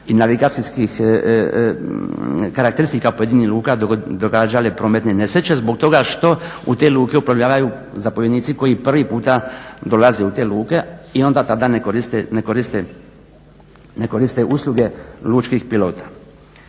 i navigacijskih karakteristika pojedinih luka događale prometne nesreće zbog toga što u te luke uplovljavaju zapovjednici koji prvi puta dolaze u te luke i onda tada ne koriste usluge lučkih pilota.